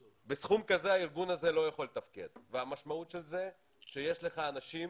בסכום כזה הארגון הזה לא יכול לתפקד והמשמעות של זה היא שיש לך אנשים